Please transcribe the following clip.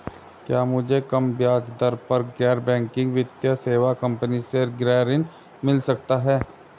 क्या मुझे कम ब्याज दर पर गैर बैंकिंग वित्तीय सेवा कंपनी से गृह ऋण मिल सकता है?